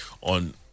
on